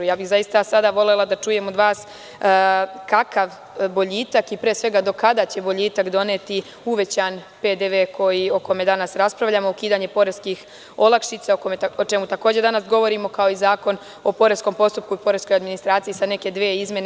Zaista bih sada volela da čujem od vas kakav boljitak i pre svega do kada će boljitak doneti uvećan PDV o kojem danas raspravljamo, ukidanje poreskih olakšica, o čemu takođe danas govorimo, kao i Zakon o poreskom postupku i poreskoj administraciji sa neke dve izmene.